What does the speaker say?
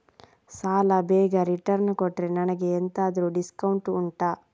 ಸಾಲ ಬೇಗ ರಿಟರ್ನ್ ಕೊಟ್ರೆ ನನಗೆ ಎಂತಾದ್ರೂ ಡಿಸ್ಕೌಂಟ್ ಉಂಟಾ